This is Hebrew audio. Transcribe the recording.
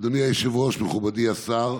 אדוני היושב-ראש, מכובדי השר,